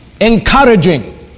encouraging